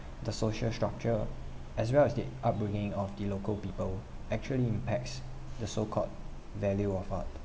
the social structure as well as the upbringing of the local people actually impacts the so called value of art